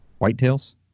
Whitetails